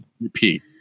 repeat